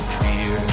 fear